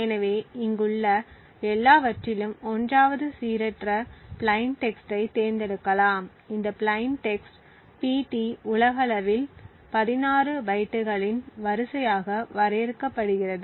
எனவே இங்குள்ள எல்லாவற்றிலும் 1 வது சீரற்ற பிளைன் டெக்ஸ்ட்டை தேர்ந்தெடுக்கிறோம் இந்த பிளைன் டெக்ஸ்ட் pt உலகளவில் 16 பைட்டுகளின் வரிசையாக வரையறுக்கப்படுகிறது